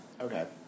Okay